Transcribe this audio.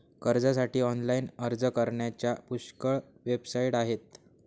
कर्जासाठी ऑनलाइन अर्ज करण्याच्या पुष्कळ वेबसाइट आहेत